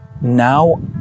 now